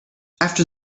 after